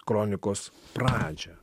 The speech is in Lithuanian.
kronikos pradžią